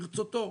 ברצותו,